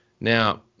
Now